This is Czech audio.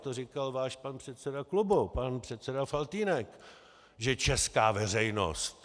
To říkal váš pan předseda klubu, pan předseda Faltýnek, že česká veřejnost.